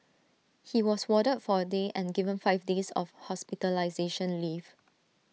he was warded for A day and given five days of hospitalisation leave